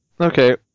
Okay